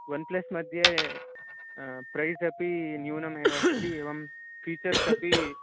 one plus मध्ये price अपि न्यूनमेव अस्ति एवं फ़ीचर्स् अपि